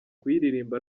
kuyiririmba